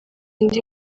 indi